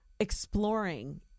Exploring